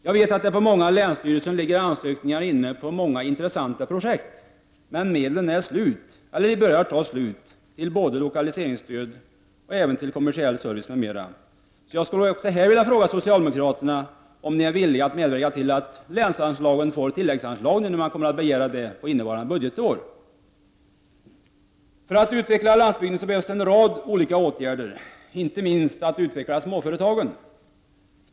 Jag vet att det på många länsstyrelser ligger ansökningar inne om många intressanta projekt, men medlen är slut eller börjar ta slut till både lokaliseringsstöd och stöd till kommersiell service m.m. Jag skulle därför vilja fråga er socialdemokrater om ni är villiga att medverka till att länsanslagen får tilläggsanslag, när olika länsstyrelser nu kommer att begära detta för innevarande budgetår. För att utveckla landsbygden behövs en rad olika åtgärder, inte minst att man utvecklar småföretagen.